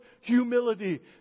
humility